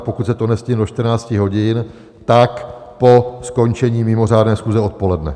Pokud se to nestihne do 14 hodin, tak po skončení mimořádné schůze odpoledne.